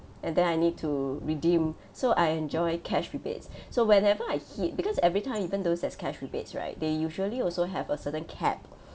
and then I need to redeem so I enjoy cash rebates so whenever I hit because every time even those that's cash rebates right they usually also have a certain cap